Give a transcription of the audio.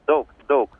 daug daug